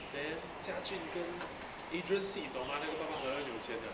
then xia jun 跟 adrian seat 懂吗那个咚咚很有钱的